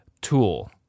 tool